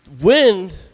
wind